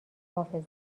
حافظه